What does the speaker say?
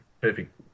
perfect